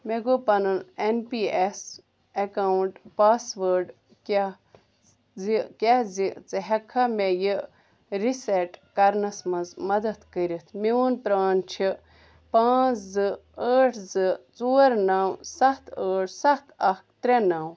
مےٚ گوٚو پنُن N P S account password کیٛاہ زِ کیٛاہ زِ ژٕ ہیٚکہِ کھا مےٚ یہِ رِسیٚٹ کرنَس منٛز مدد کٔرتھ میٛون پرٛان چھُ پانٛژھ زٕ ٲٹھ زٕ ژور نَو ستھ ٲٹھ ستھ اکھ ترٛےٚ نَو